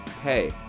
pay